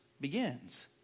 begins